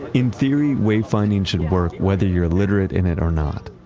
in theory, way finding should work whether you're literate in it or not.